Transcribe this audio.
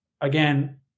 again